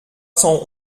cent